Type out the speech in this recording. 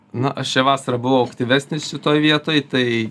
na aš šią vasarą buvau aktyvesnis šitoj vietoj tai